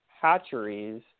hatcheries